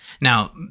now